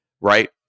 right